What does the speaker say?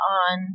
on